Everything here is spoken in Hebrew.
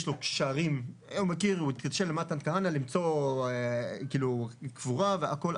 יש לו קשרים הוא התקשר למתן כהנא למצוא קבורה והכל,